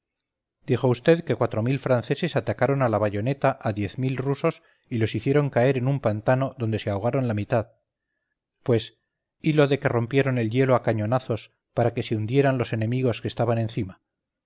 dijo vd que cuatro mil franceses atacaron a la bayoneta a diez mil rusos y los hicieron caer en un pantano donde se ahogaron la mitad pues y lo de que rompieron el hielo a cañonazospara que se hundieran los enemigos que estaban encima